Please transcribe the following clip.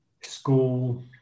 school